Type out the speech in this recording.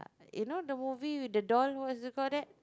you know the movie with the doll what's you call that